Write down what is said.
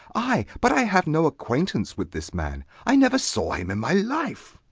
ay but i have no acquaintance with this man. i never saw him in my life.